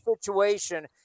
situation